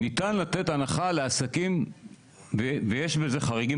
ניתן לתת הנחה לעסקים ויש לזה שני חריגים